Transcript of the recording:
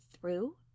through